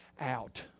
out